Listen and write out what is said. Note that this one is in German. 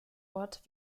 ort